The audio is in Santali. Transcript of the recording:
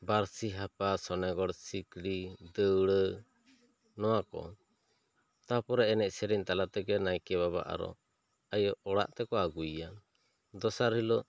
ᱯᱟᱹᱨᱥᱤ ᱦᱟᱯᱟ ᱥᱚᱱᱮᱜᱚᱲ ᱥᱤᱠᱲᱤ ᱫᱟᱹᱣᱲᱟᱹ ᱱᱚᱣᱟ ᱠᱚ ᱛᱟᱨᱯᱚᱨᱮ ᱮᱱᱮᱡ ᱥᱮᱨᱮᱧ ᱛᱟᱞᱟ ᱛᱮᱜᱮ ᱱᱟᱭᱠᱮ ᱵᱟᱵᱟ ᱟᱨᱚ ᱟᱭᱟᱜ ᱚᱲᱟᱜ ᱛᱮᱠᱚ ᱟᱹᱜᱩᱭᱮᱭᱟ ᱫᱚᱥᱟᱨ ᱦᱤᱞᱚᱜ